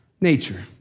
nature